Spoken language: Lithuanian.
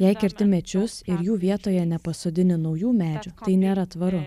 jei kerti medžius ir jų vietoje nepasodini naujų medžių tai nėra tvaru